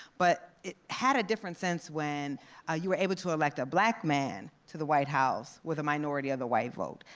but it had a different sense when ah you were able to elect a black man to the white house with a minority of the white vote,